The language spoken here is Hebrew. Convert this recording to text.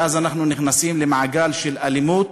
ואז אנחנו נכנסים למעגל של אלימות.